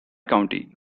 county